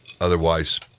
otherwise